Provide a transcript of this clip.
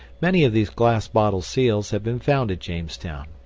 many of these glass bottle seals have been found at jamestown.